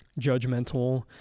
Judgmental